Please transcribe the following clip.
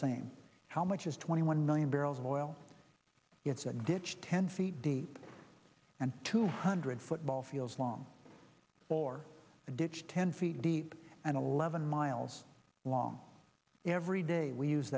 same how much is twenty one million barrels of oil it's a ditch ten feet deep and two hundred football fields long or a ditch ten feet deep and eleven miles long every day we use